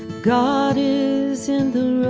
god is in the